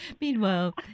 Meanwhile